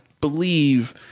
believe